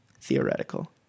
theoretical